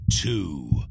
two